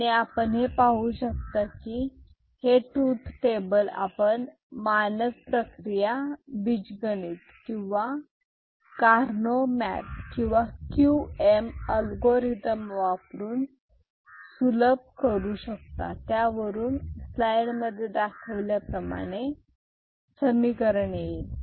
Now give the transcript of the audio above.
आणि आपण हे पाहू शकता की हे ट्रूथ टेबल आपण मानक प्रक्रिया बीजगणित किंवा कारनोह मॅप किंवा क्यूएम अल्गोरिदम वापरुन सुलभ करू शकता त्यावरून स्लाइडमध्ये दाखवल्याप्रमाणे समीकरण येईल